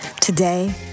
today